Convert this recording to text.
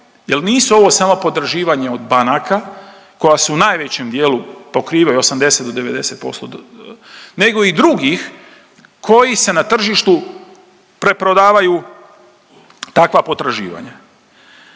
jer nisu ovo samo potraživanja od banaka koja su u najvećem dijelu pokrivaju 80 do 90% nego i drugih koji se na tržištu preprodavaju takva potraživanja.